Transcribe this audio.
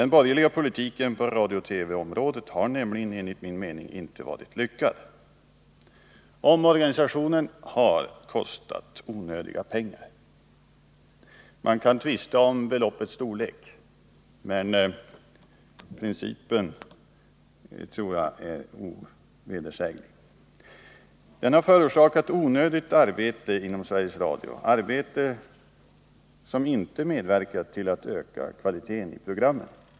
Den borgerliga politiken på radio-TV-området har nämligen enligt min mening inte varit lyckad. Omorganisationen har medfört onödiga kostnader. Man kan tvista om beloppets storlek, men att kostnaderna ökat är ovedersägligt. Omorganisationen har förorsakat onödigt arbete inom Sveriges Radio, ett arbete som inte medverkat till att öka kvaliteten i programmen.